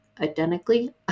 identically